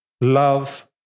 love